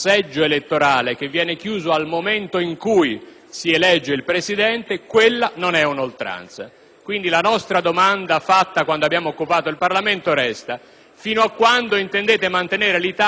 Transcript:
si elegge il Presidente, quella non è una convocazione ad oltranza. Quindi, la nostra domanda posta quando abbiamo occupato il Parlamento resta: fino a quando intendete mantenere l'Italia in questo stato di illegalità?